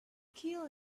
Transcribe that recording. kill